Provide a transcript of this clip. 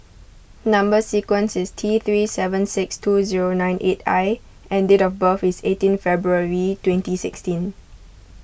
Number Sequence is T three seven six two zero nine eight I and date of birth is eighteen February twenty sixteen